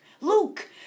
Luke